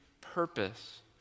purpose